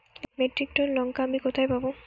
এক metric tonne লঙ্কা আমি কোথায় পাবো?